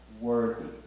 worthy